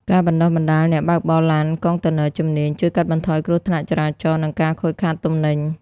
ការបណ្ដុះបណ្ដាល "អ្នកបើកបរឡានកុងតឺន័រជំនាញ" ជួយកាត់បន្ថយគ្រោះថ្នាក់ចរាចរណ៍ និងការខូចខាតទំនិញ។